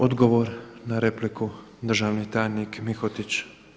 Odgovor na repliku državni tajnik Mihotić.